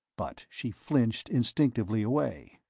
but she flinched instinctively away.